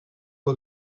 for